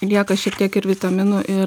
lieka šiek tiek ir vitaminų ir